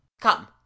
Come